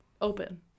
Open